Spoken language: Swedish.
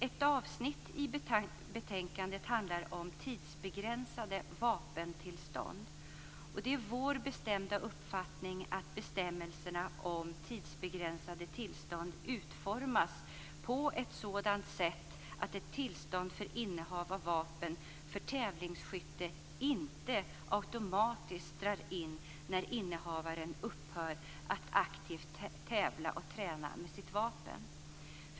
Ett avsnitt i betänkandet handlar om tidsbegränsade vapentillstånd. Det är vår bestämda uppfattning att bestämmelserna om tidsbegränsade tillstånd utformas på ett sådant sätt att ett tillstånd för innehav av vapen för tävlingsskytte inte automatiskt dras in när innehavaren upphör att aktivt tävla och träna med sitt vapen.